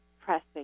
pressing